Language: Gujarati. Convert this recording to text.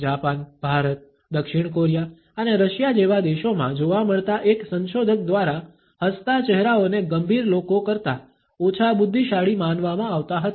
જાપાન ભારત દક્ષિણ કોરિયા અને રશિયા જેવા દેશોમાં જોવા મળતા એક સંશોધક દ્વારા હસતા ચહેરાઓને ગંભીર લોકો કરતા ઓછા બુદ્ધિશાળી માનવામાં આવતા હતા